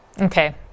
okay